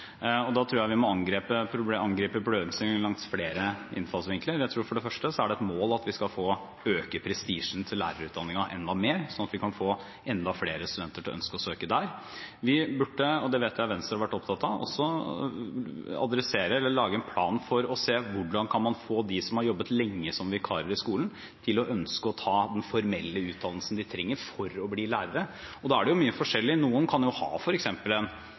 lærere. Da tror jeg vi må angripe problemstillingen fra flere innfallsvinkler. For det første er det et mål at vi skal øke prestisjen til lærerutdanningen enda mer, slik at vi kan få enda flere studenter til å ønske å søke der. Vi burde – og det vet jeg Venstre har vært opptatt av – lage en plan for å se på hvordan man kan få dem som har jobbet lenge som vikarer i skolen, til å ønske å ta den formelle utdannelsen de trenger for å bli lærere. Det er mye forskjellig – noen kan f.eks. ha en